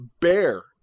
bear